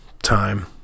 time